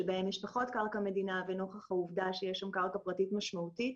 שבהם יש פחות קרקע מדינה לנוכח העובדה שיש שם קרקע פרטית משמעותית.